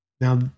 Now